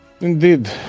Indeed